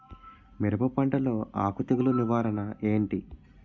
మిరప పంటలో ఆకు తెగులు నివారణ ఏంటి?